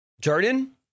jordan